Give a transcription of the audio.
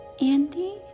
Andy